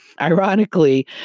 Ironically